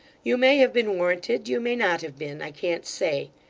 you may have been warranted you may not have been i can't say.